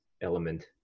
element